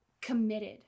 committed